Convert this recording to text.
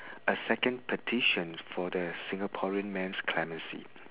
a second petition for the singaporean man's clemency